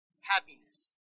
Happiness